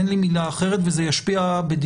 אין לי מילה אחרת, וזה ישפיע.